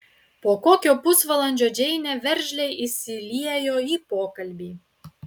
po kokio pusvalandžio džeinė veržliai įsiliejo į pokalbį